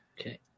Okay